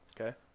Okay